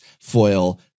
foil